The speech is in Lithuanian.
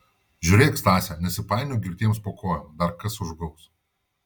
žiūrėk stase nesipainiok girtiems po kojom dar kas užgaus